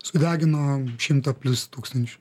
sudegino šimtą plius tūkstančių